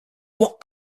what